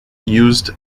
used